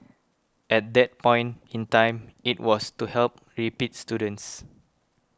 at that point in time it was to help repeat students